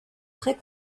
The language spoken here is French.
très